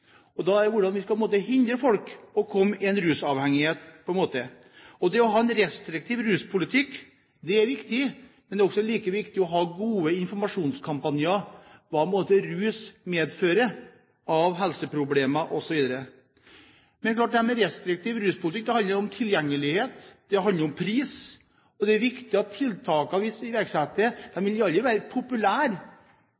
og hvordan skal vi klare å hindre folk fra å havne i rusavhengighet? Det å ha en restriktiv ruspolitikk er viktig, men det er like viktig å ha gode informasjonskampanjer; hva rus medfører av helseproblemer osv. Men det er klart at en restriktiv ruspolitikk handler også om tilgjengelighet, det handler om pris, og tiltakene vi iverksetter, vil aldri være populære. Hvis vi øker avgiften på alkohol, reduserer åpningstider på restauranter, ja, da står ikke folk og klapper på gaten. Det